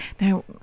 Now